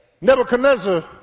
Nebuchadnezzar